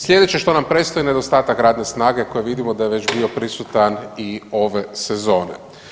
Slijedeće što nam predstoji nedostatak radne snage koje vidimo da je već bio prisutan i ove sezone.